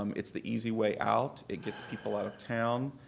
um it's the easy way out. it gets people out of town.